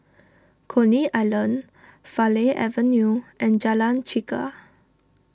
Coney Island Farleigh Avenue and Jalan Chegar